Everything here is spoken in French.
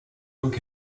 donc